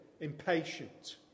impatient